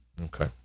Okay